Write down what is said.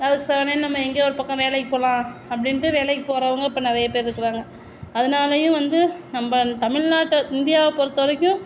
அதுக்கு செவனேன்னு நம்ம எங்கேயோ ஒரு பக்கம் வேலைக்கு போகலாம் அப்படின்ட்டு வேலைக்கு போறவங்க இப்போ நிறைய பேர்ருக்கிறாங்க அதுனாலேயும் வந்து நம்ம தமிழ்நாட்டை இந்தியாவை பொறுத்த வரைக்கும்